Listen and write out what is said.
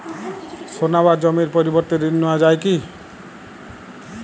সোনা বা জমির পরিবর্তে ঋণ নেওয়া যায় কী?